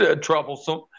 troublesome